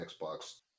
Xbox